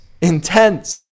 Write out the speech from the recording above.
intense